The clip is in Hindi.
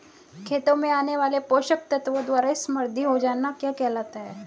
खेतों में आने वाले पोषक तत्वों द्वारा समृद्धि हो जाना क्या कहलाता है?